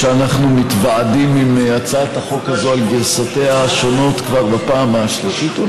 שאנחנו מתוועדים על הצעת החוק הזאת על גרסותיה השונות כבר בפעם השלישית,